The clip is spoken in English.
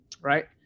Right